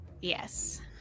Yes